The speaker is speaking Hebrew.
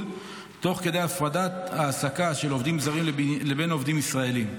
תוך כדי הפרדת ההעסקה בין עובדים זרים לבין עובדים ישראלים.